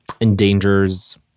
endangers